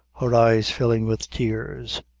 her eyes filling with tears.